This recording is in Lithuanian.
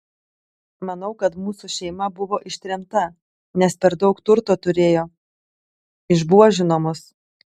manau kad mūsų šeima buvo ištremta nes per daug turto turėjo išbuožino mus